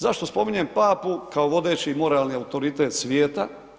Zašto spominjem papu kao vodeći moralni autoritet svijeta?